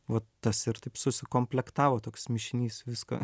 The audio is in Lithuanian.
vat tas ir taip susikomplektavo toks mišinys visko